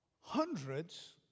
hundreds